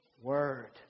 word